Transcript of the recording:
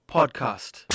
Podcast